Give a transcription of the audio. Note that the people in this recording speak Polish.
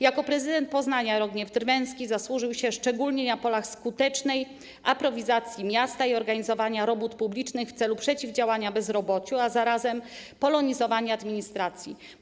Jako prezydent Poznania Jarogniew Drwęski zasłużył się szczególnie na polach skutecznej aprowizacji miasta i organizowania robót publicznych w celu przeciwdziałania bezrobociu, a zarazem polonizowania administracji.